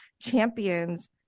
champions